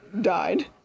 died